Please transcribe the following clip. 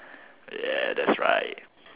ya that's right